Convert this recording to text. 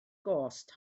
gost